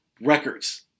records